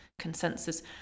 consensus